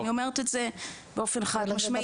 אני אומרת את זה באופן חד משמעי.